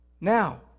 Now